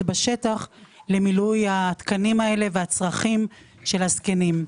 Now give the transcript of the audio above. בשטח למילוי התקנים והצרכים של הזקנים.